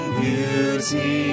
beauty